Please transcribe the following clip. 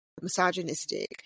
Misogynistic